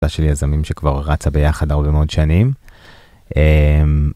של יזמים שכבר רצה ביחד הרבה מאוד שנים.